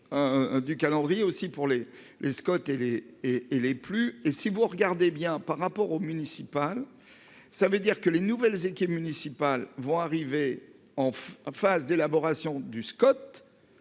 du calendrier aussi pour les les Scott et les et et les plus et si vous regardez bien par rapport aux municipales. Ça veut dire que les nouvelles équipes municipales vont arriver en phase d'élaboration du Scott.